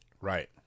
Right